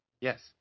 Yes